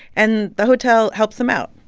and the hotel helps them out.